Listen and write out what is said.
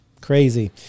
Crazy